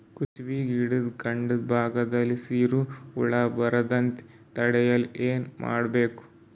ಕುಸುಬಿ ಗಿಡದ ಕಾಂಡ ಭಾಗದಲ್ಲಿ ಸೀರು ಹುಳು ಬರದಂತೆ ತಡೆಯಲು ಏನ್ ಮಾಡಬೇಕು?